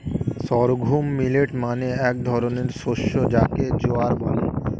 sorghum millet মানে এক ধরনের শস্য যাকে জোয়ার বলে